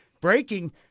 breaking